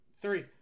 three